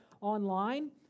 online